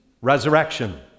resurrection